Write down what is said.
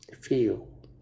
feel